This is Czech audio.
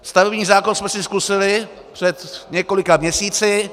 Stavební zákon jsme si zkusili před několika měsíci.